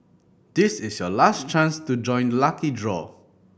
this is your last chance to join the lucky draw